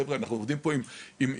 חבר'ה, אנחנו עובדים פה עם מרצים